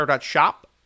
shop